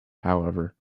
however